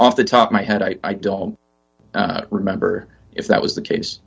off the top my head i don't remember if that was the case